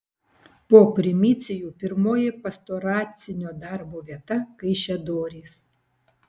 po primicijų pirmoji pastoracinio darbo vieta kaišiadorys